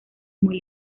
muy